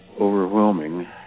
overwhelming